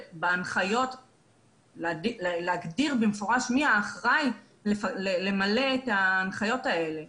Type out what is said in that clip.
ובהנחיות להגדיר במפורש מי האחראי למלא את ההנחיות האלה.